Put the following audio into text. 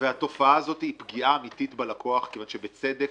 התופעה הזו היא פגיעה אמיתית בלקוח כיוון שבצדק,